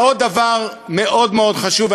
ועוד דבר מאוד מאוד חשוב,